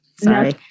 Sorry